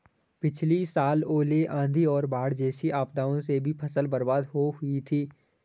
पिछली साल ओले, आंधी और बाढ़ जैसी आपदाओं से भी फसल बर्बाद हो हुई थी